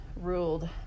ruled